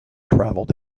travelled